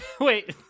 Wait